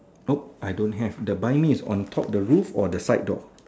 nope I don't have the buy me is on top the roof or the side door